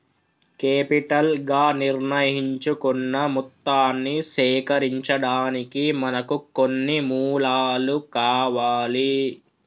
capital గా నిర్ణయించుకున్న మొత్తాన్ని సేకరించడానికి మనకు కొన్ని మూలాలు కావాలి